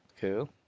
Cool